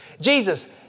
Jesus